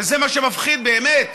שזה מה שמפחיד באמת